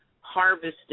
harvested